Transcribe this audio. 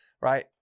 right